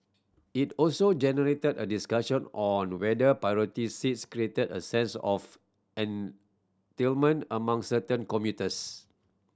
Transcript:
it also generated a discussion on whether priority seats created a sense of among certain commuters